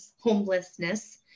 homelessness